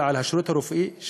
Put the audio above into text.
אלא על השירות הרפואי,